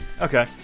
Okay